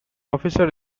officer